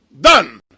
Done